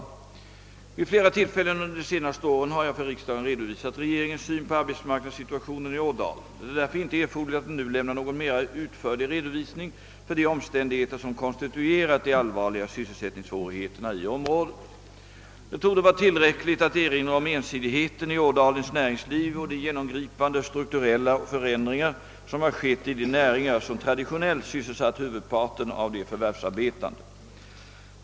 Vid flera tillfällen under de senaste åren har jag för riksdagen redovisat regeringens syn på arbetsmarknadssituationen i Ådalen. Det är därför inte erforderligt att nu lämna någon mera utförlig redovisning för de omständigheter som konstituerat de allvarliga sysselsättningssvårigheterna i området. Det torde vara tillräckligt att erinra om ensidigheten i Ådalens näringsliv och de genomgripande strukturella förändringar som har skett i de näringar som traditionellt sysselsatt huvudparten av de förvärvsarbetande.